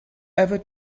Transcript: ever